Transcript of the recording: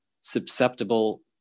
susceptible